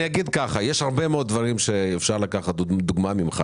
אני אגיד שיש הרבה מאוד דברים שאפשר לקחת דוגמה ממך